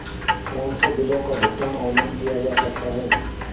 कौनसे बिलों का भुगतान ऑनलाइन किया जा सकता है?